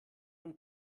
von